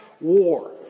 war